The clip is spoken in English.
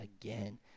again